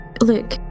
Look